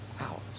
out